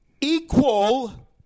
equal